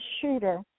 shooter